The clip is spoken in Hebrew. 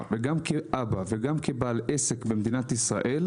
וגם כאבא וגם כבעל עסק במדינת ישראל,